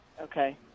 Okay